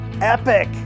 epic